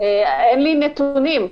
אין לי נתונים.